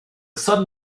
sun